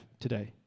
today